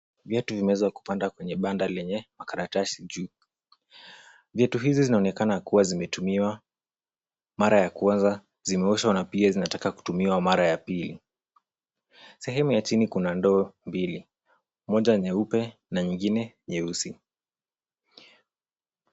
Viatu vimeweza kupanda kwenye banda lenye makaratasi juu. Vitu hivi vinaonekana kuwa zimetumiwa, mara ya kuanza zimeoshwa na pia zinataka kutumiwa mara ya pili. Sehemu ya chini kuna ndoo mbili, moja nyeupe na nyingine nyeusi.